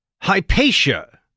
Hypatia